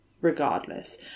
regardless